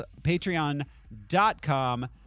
Patreon.com